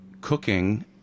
cooking